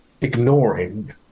ignoring